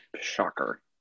Shocker